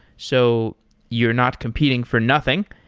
so you're not competing for nothing.